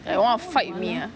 like want to fight with me ah